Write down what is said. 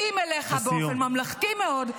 באים אליך באופן ממלכתי מאוד,